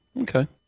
Okay